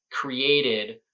created